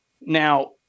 Now